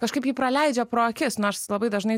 kažkaip jį praleidžia pro akis nors labai dažnai